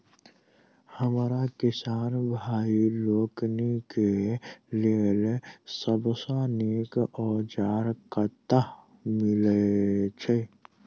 हमरा किसान भाई लोकनि केँ लेल सबसँ नीक औजार कतह मिलै छै?